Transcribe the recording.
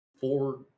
four